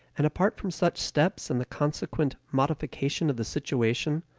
and apart from such steps and the consequent modification of the situation,